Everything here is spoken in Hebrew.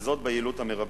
וזאת ביעילות המרבית.